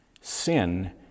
sin